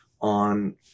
on